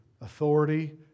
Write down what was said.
authority